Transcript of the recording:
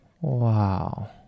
Wow